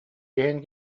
иһин